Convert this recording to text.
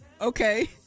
okay